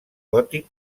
gòtic